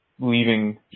leaving